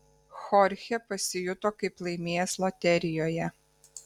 chorchė pasijuto kaip laimėjęs loterijoje